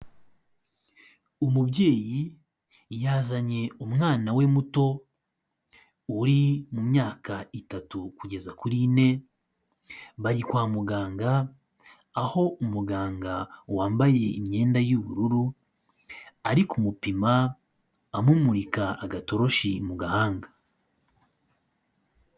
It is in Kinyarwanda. Umubyeyi yazanye umwana we muto uri mu myaka itatu kugeza kuri ine bari kwa muganga aho umuganga wambaye imyenda y'ubururu ari ku mupima amumurika agatoroshi mu gahanga.